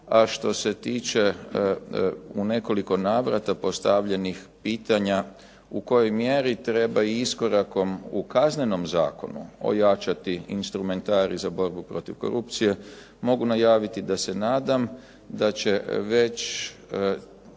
a što se tiče u nekoliko navrata postavljenih pitanja u kojoj mjeri treba iskorakom u kaznenom zakonu ojačati instrumentarij za borbu protiv korupcije mogu najaviti da se nadam da će već